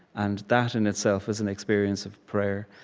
and that, in itself, is an experience of prayer.